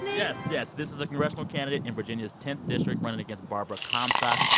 yes, yes. this is a congressional candidate in virginia's tenth district running against barbara comstock.